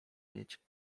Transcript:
mieć